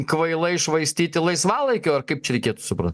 kvailai švaistyti laisvalaikio ar kaip čia reikėtų suprat